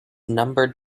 numbered